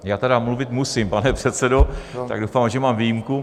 Já tedy mluvit musím, pane předsedo, tak doufám, že mám výjimku.